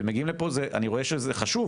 אתם מגיעים לפה, אני רואה שזה חשוב.